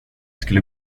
skulle